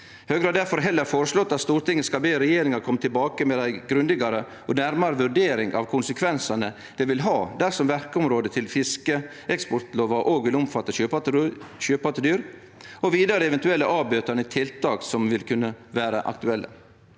Høgre har difor heller føreslått at Stortinget skal be regjeringa kome tilbake med ei grundigare og nærare vurdering av konsekvensane det vil ha dersom verkeområdet til fiskeeksportlova òg vil omfatte sjøpattedyr, og vidare eventuelle avbøtande tiltak som vil kunne vere aktuelle.